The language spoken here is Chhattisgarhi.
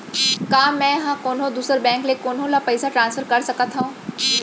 का मै हा कोनहो दुसर बैंक ले कोनहो ला पईसा ट्रांसफर कर सकत हव?